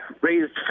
raised